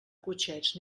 cotxets